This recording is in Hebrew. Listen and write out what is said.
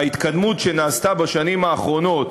וההתקדמות שנעשתה בשנים האחרונות,